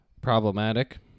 problematic